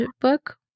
book